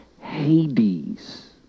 Hades